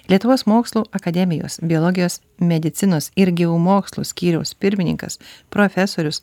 lietuvos mokslų akademijos biologijos medicinos ir geomokslų skyriaus pirmininkas profesorius